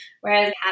Whereas